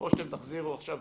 או שתחזירו עכשיו,